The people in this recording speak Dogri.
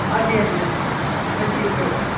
हां जी हां जी हां जी उ'ऐ उ'ऐ